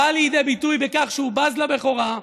באים לידי ביטוי בכך שהוא בז לבכורה,